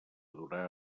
durà